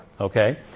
okay